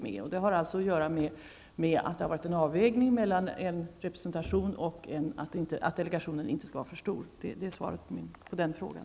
Det har att göra med att det har varit en avvägning mellan att få delegationen representativ och att inte göra den för stor. Det är svar på frågan.